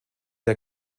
der